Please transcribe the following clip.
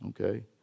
okay